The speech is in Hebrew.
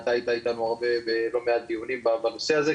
אתה היית איתנו הרבה בלא מעט דיונים בנושא הזה,